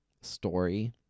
story